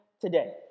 today